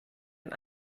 und